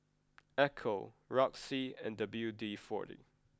Ecco Roxy and W D forty